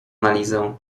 analizę